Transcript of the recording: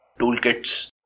toolkits